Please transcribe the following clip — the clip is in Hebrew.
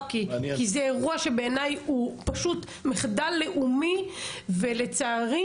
כי זה אירוע שבעיני הוא פשוט מחדל לאומי ולצערי,